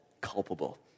culpable